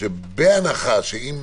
שבהנחה שאם